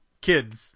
kids